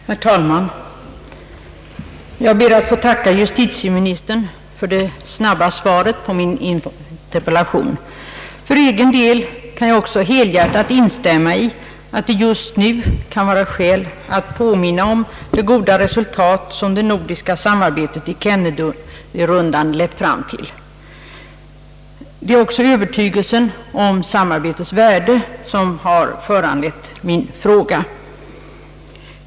Herr talman! Jag ber att få tacka justitieministern för det snabba svaret på min interpellation. För egen del kan jag helhjärtat instämma i att det just nu kan vara skäl att påminna om det goda resultat som det nordiska samarbetet i Kennedyrundan lett fram till. Det är också övertygelsen om samarbetets värde som har föranlett min fråga.